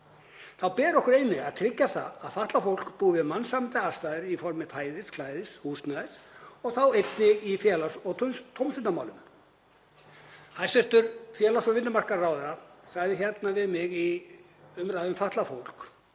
Þá ber okkur einnig að tryggja það að fatlað fólk búi við mannsæmandi aðstæður í formi fæðis, klæða og húsnæðis og þá einnig í félags- og tómstundamálum. Hæstv. félags- og vinnumarkaðsráðherra sagði við mig í umræðu um fatlað fólk